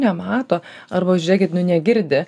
nemato arba žiūrėkit nu negirdi